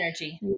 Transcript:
energy